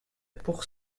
pour